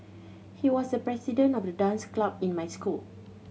he was the president of the dance club in my school